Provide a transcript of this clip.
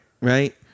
right